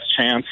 chance